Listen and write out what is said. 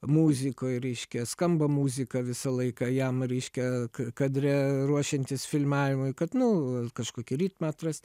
muzikoj reiškia skamba muzika visą laiką jam reiškia ka kadre ruošiantis filmavimui kad nu kažkokį ritmą atrast